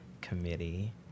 Committee